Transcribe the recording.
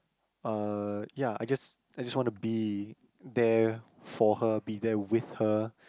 uh ya I just I just want to be there for her be there with her